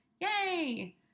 Yay